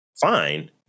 fine